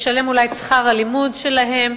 לשלם אולי את שכר הלימוד שלהם,